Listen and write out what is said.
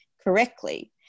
correctly